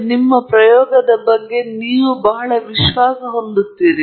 ನೀವು ಎರಡು ಇತರ ಐಆರ್ ಹನಿಗಳನ್ನು ತೆಗೆದುಕೊಳ್ಳುತ್ತಿದ್ದರೆ ಆದರೆ ನಾನು ಬಹಳ ಚಿಕ್ಕವನಾಗಿದ್ದೇನೆ